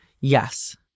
yes